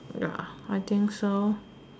ya I think so